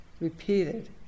repeated